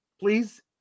Please